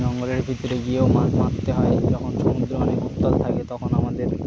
জঙ্গলের ভিতরে গিয়েও মাছ মাখতে হয় যখন সুন্দরের উত্তাল থাকে তখন আমাদের